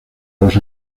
los